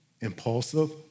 impulsive